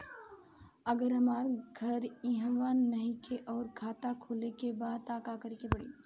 अगर हमार घर इहवा नईखे आउर खाता खोले के बा त का करे के पड़ी?